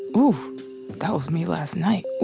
who that was me last night